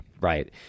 Right